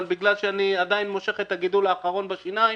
אבל בגלל שאני עדיין מושך את הגידול האחרון בשיניים,